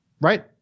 Right